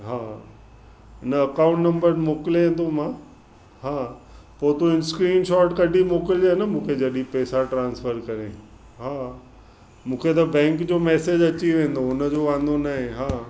हा न account number मोकिलियाव थो मां हा पोइ तू स्क्रीन शॉट कढी मोकिलजे न मूंखे जॾहिं पेसा ट्रांस्फर करे हा मूंखे त बैंक जो मेसिज अची वेंदो हुनजो वांदो न आहे हा